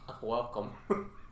Welcome